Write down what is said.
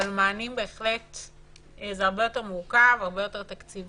אבל מענים זה הרבה יותר מורכב, הרבה יותר תקציבים,